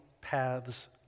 paths